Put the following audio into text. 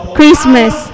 Christmas